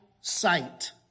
sight